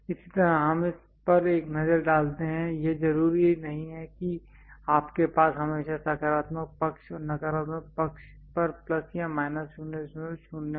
इसी तरह हम इस पर एक नजर डालते हैं यह जरूरी नहीं है कि आपके पास हमेशा सकारात्मक पक्ष और नकारात्मक पक्ष पर प्लस या माइनस 002 हो